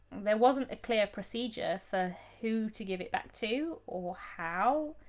there wasn't a clear procedure for who to give it back to or how.